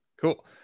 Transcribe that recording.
Cool